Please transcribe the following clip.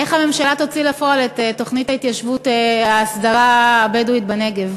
איך הממשלה תוציא לפועל את תוכנית ההתיישבות וההסדרה הבדואית בנגב?